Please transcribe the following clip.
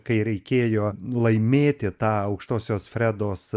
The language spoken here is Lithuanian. kai reikėjo laimėti tą aukštosios fredos